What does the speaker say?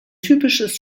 typisches